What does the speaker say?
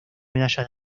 medalla